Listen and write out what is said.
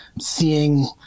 Seeing